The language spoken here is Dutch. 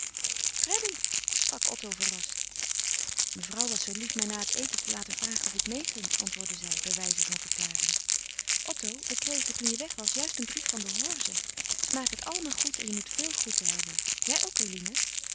freddy sprak otto verrast mevrouw was zoo lief mij na het eten te laten vragen of ik meêging antwoordde zij bij wijze van verklaring otto we kregen toen je weg was juist een brief van de horze ze maken het allemaal goed en je moet veel groeten hebben jij ook eline